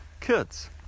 kids